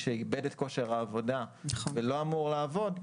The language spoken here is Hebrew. שאיבד את כושר העבודה ולא אמור לעבוד,